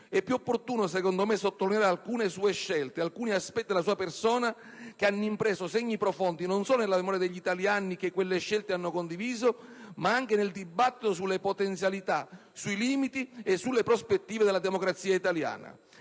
È più opportuno sottolineare alcune sue scelte e alcuni aspetti della sua persona che hanno impresso segni profondi non solo nella memoria degli italiani che quelle scelte hanno condiviso, ma anche nel dibattito sulle potenzialità, sui limiti, sulle prospettive della democrazia italiana.